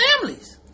families